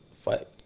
Fight